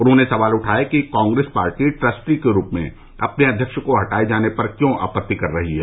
उन्होंने सवाल उठाया कि कांग्रेस पार्टी ट्रस्टी के रूप में अपने अध्यक्ष को हटाए जाने पर क्यों आपत्ति कर रही है